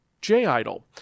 J-idol